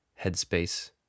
headspace